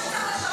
אני בשונה ממך,